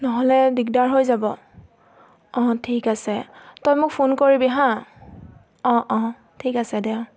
নহ'লে দিগদাৰ হৈ যাব অঁ ঠিক আছে তই মোক ফোন কৰিবি হা অঁ অঁ ঠিক আছে দে অঁ